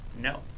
No